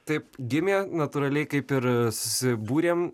taip gimė natūraliai kaip ir susibūrėm